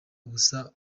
ubusa